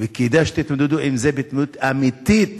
וכדאי שתתמודדו עם זה התמודדות אמיתית,